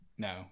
No